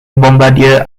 bombardier